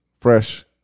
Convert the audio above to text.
fresh